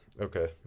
okay